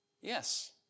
Yes